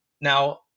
Now